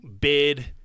bid